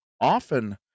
often